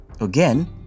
Again